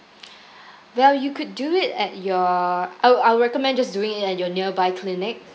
well you could do it at your I'll I'll recommend just doing it at your nearby clinic